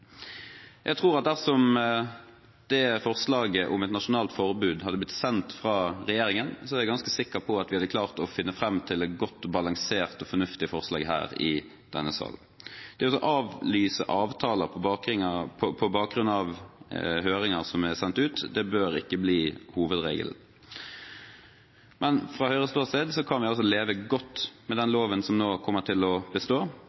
Jeg tror at dersom forslaget om nasjonalt forbud hadde blitt sendt fra regjeringen, så er jeg ganske sikker på at vi hadde klart å finne frem til et godt balansert og fornuftig forslag her i denne salen. Det å avlyse avtaler på bakgrunn av høringer som er sendt ut, bør ikke bli hovedregel. Fra Høyres ståsted kan vi leve godt med den loven som nå kommer til å bestå.